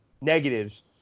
negatives